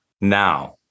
now